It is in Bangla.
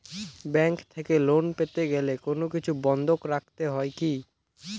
ব্যাংক থেকে লোন পেতে গেলে কোনো কিছু বন্ধক রাখতে হয় কি?